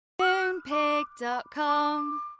Moonpig.com